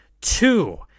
Two